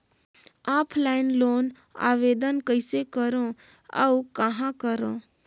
Offline loan आवेदन कइसे करो और कहाँ करो?